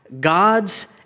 God's